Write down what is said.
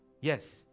Yes